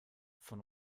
von